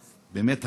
באמת,